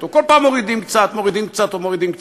כל פעם מורידים קצת, מורידים קצת ומורידים קצת.